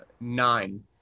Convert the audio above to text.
Nine